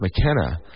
McKenna